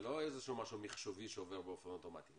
זה לא איזשהו משהו מחשובי שעובר באופן אוטומטי,